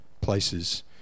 places